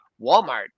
Walmart